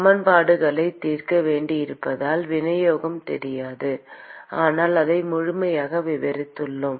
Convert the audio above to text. சமன்பாடுகளைத் தீர்க்க வேண்டியிருப்பதால் விநியோகம் தெரியாது ஆனால் அதை முழுமையாக விவரித்துள்ளோம்